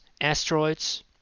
asteroids